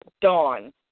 Dawn